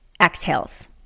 exhales